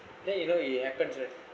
then you know it happens right